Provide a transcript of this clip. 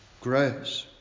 grace